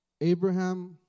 Abraham